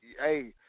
Hey